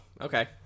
okay